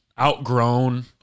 outgrown